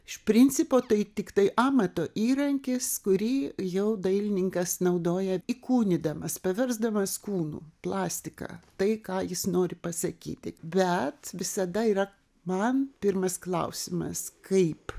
iš principo tai tiktai amato įrankis kurį jau dailininkas naudoja įkūnydamas paversdamas kūnu plastika tai ką jis nori pasakyti bet visada yra man pirmas klausimas kaip